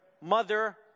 mother